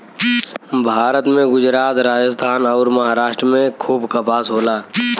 भारत में गुजरात, राजस्थान अउर, महाराष्ट्र में खूब कपास होला